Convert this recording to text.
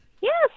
Yes